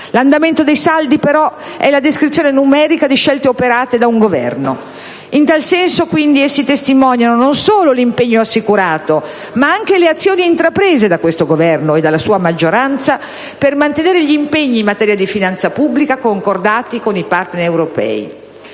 L'andamento dei saldi, però, è la descrizione numerica di scelte operate da un Governo. In tal senso, quindi, essi testimoniano non solo l'impegno assicurato, ma anche le azioni intraprese da questo Governo e dalla maggioranza che lo sostiene, per mantenere gli impegni in materia di finanza pubblica concordati con i partner europei.